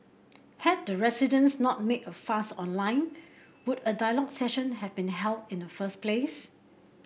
had the residents not made a fuss online would a dialogue session have been held in the first place